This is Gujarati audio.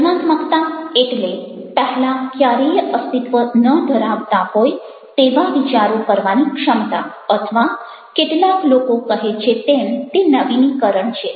સર્જનાત્મકતા એટલે પહેલા ક્યારેય અસ્તિત્વ ન ધરાવતા હોય તેવા વિચારો કરવાની ક્ષમતા અથવા કેટલાક લોકો કહે છે તેમ તે નવીનીકરણ છે